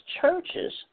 churches